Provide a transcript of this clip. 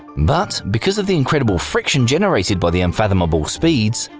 but because of the incredible friction generated by the unfathomable speeds,